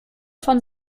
von